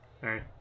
Hey